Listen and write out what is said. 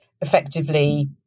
effectively